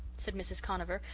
said mrs. conover,